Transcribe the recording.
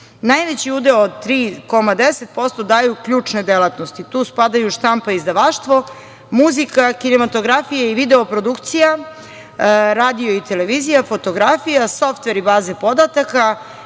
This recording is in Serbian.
Najveći udeo od 3,10% daju ključne delatnosti. Tu spadaju štampa i izdavaštvo, muzika, kinometografija i video produkcija, radio i televizija, fotografija, softver i baze podataka,